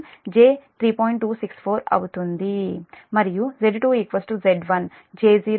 u అవుతుంది